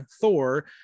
Thor